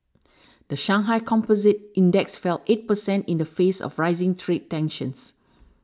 the Shanghai Composite Index fell eight percent in the face of rising trade tensions